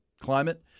climate